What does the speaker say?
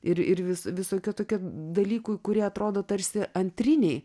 ir ir vis visokių tokių dalykų kurie atrodo tarsi antriniai